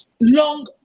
long